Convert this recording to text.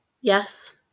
yes